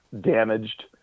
damaged